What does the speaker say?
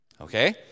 Okay